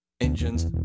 engines